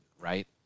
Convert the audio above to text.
right